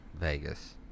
Vegas